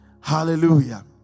Hallelujah